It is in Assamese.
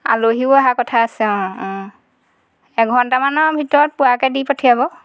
আলহীও অহা কথা আছে অঁ অঁ এঘণ্টামানৰ ভিতৰত পোৱাকৈ দি পঠিয়াব